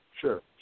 Sure